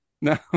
No